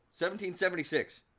1776